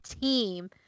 team